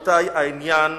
לעומק